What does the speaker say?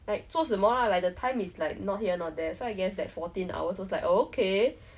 like 很少去旅行 I think that time like generally once a year so so not so